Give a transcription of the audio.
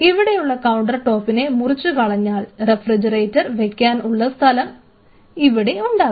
ഇവിടെയുള്ള കൌണ്ടർ ടോപ്പിന്നെ മുറിച്ചു കളഞ്ഞാൽ റഫ്രിജറേറ്റർ വെക്കാൻ ഉള്ള സ്ഥലം ഇവിടെ ഉണ്ടാകും